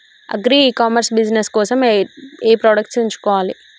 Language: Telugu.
అగ్రి ఇ కామర్స్ బిజినెస్ కోసము ఏ ప్రొడక్ట్స్ ఎంచుకోవాలి?